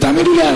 ותאמינו לי,